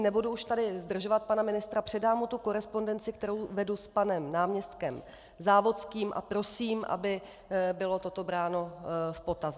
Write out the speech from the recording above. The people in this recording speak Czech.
Nebudu už tady zdržovat pana ministra, předám mu tu korespondenci, kterou vedu s panem náměstkem Závodským, a prosím, aby bylo toto bráno v potaz.